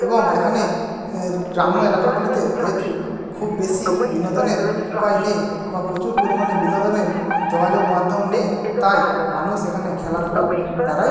এবং এখানে এর গ্রাম্য এলাকাগুলিতে যেহেতু খুব বেশি বিনোদনের উপায় নেই বা প্রচুর পরিমাণে বিনোদনের যোগাযোগ মাধ্যম নেই তাই মানুষ এখানে খেলাধূলা দ্বারাই